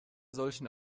solchen